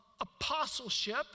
apostleship